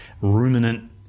ruminant